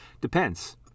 Depends